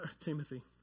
Timothy